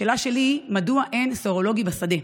השאלה שלי היא מדוע אין בדיקות סרולוגיות בשדה.